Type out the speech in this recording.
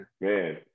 Man